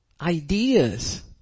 Ideas